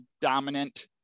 dominant